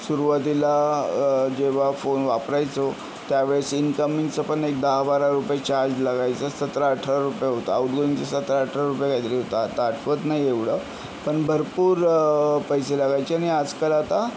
सुरुवातीला जेव्हा फोन वापरायचो त्यावेळेस इन्कमिंगचं पण एक दहा बारा रुपये चार्ज लागायचा सतरा अठरा रुपये होता आऊटगोईंगचं सतरा अठरा रुपये कायतरी होतं आता आठवत नाही एवढं पण भरपूर पैसे लागायचे आणि आजकाल आता